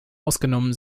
ausgenommen